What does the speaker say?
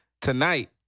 Tonight